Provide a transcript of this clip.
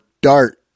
dart